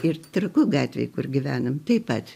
ir trakų gatvėj kur gyvenam taip pat